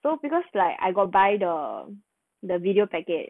though because like I got buy the the video package